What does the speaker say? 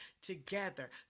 together